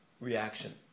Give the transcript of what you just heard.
reaction